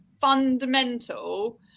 fundamental